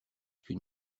qu’une